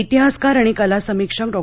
इतिहासकार आणि कला समीक्षक डॉ